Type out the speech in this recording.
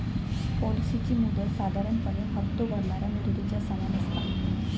पॉलिसीची मुदत साधारणपणे हप्तो भरणाऱ्या मुदतीच्या समान असता